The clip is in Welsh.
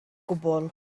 gwbl